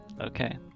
Okay